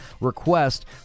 request